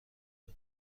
داد